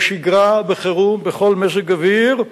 בשגרה, בחירום, בכל מזג אוויר.